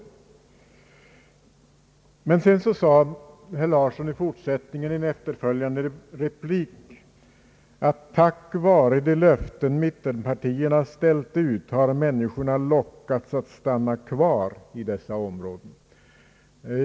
Men i fortsättningen sade herr Larsson i en replik att tack vare de löften som mitienpartierna ställt ut har människorna lockats att stanna kvar i dessa områden.